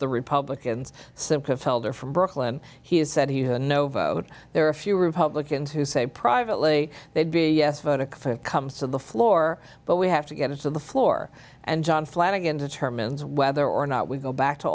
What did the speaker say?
the republicans simply felder from brooklyn he has said he's a no vote there are a few republicans who say privately they'd be comes to the floor but we have to get to the floor and john flanagan determines whether or not we go back to